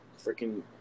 Freaking